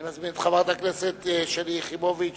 אני מזמין את חברת הכנסת שלי יחימוביץ